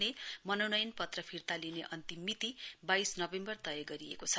भने मनोनयन पत्र फिर्ता लिने अन्तिम मिति बाइस नोभेम्बर तय गरिएको छ